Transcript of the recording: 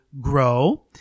grow